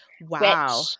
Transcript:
Wow